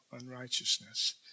unrighteousness